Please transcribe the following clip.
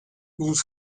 vous